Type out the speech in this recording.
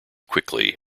quickly